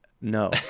No